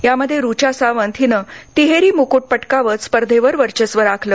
यामध्ये ऋचा सावंत हिनं तिहेरी मुकुट पटकावत स्पधेंवर वर्चस्व राखलं